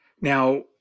Now